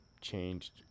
changed